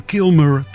Kilmer